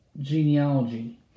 genealogy